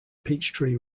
peachtree